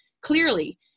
clearly